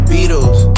Beatles